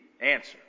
answer